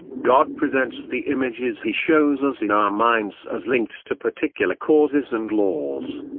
god presents the images he shows us in our minds as linked to particular causes and laws.